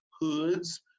hoods